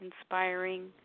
inspiring